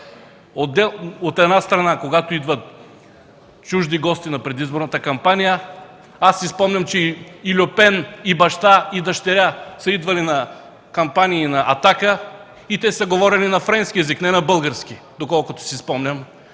от една страна, когато идват чужди гости на предизборната кампания – аз си спомням, че и Льо Пен и баща, и дъщеря са идвали на кампании на „Атака” и са говорили на френски език, а не на български. Идваха лидерите